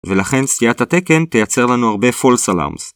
‫ולכן סטיית התקן תייצר לנו הרבה falls alarms.